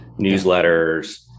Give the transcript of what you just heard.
Newsletters